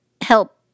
help